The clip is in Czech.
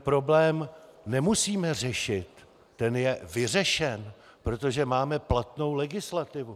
Problém nemusíme řešit, ten je vyřešen, protože máme platnou legislativu.